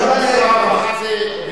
מה שאומר שר הרווחה זה,